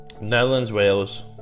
Netherlands-Wales